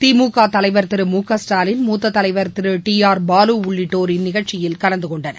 திமுக தலைவா் திரு மு க ஸ்டாலின் மூத்த தலைவா் திரு டி ஆர் பாலு உள்ளிட்டோர் இந்நிகழ்ச்சியில் கலந்து கொண்டனர்